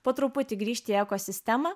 po truputį grįžti į ekosistemą